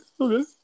okay